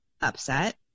upset